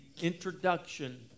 introduction